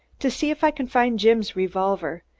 to see if i can find jim's revolver.